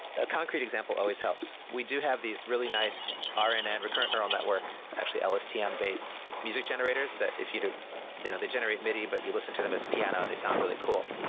a concrete example always helps we do have these really nice rnn, and and recurrent neural network and actually lstm-based music generators that if you do you know they generate midi, but you listen to them as piano and they sound really cool.